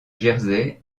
jersey